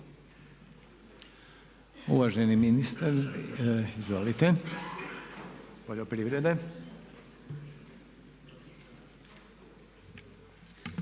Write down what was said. Uvaženi ministar, izvolite poljoprivrede.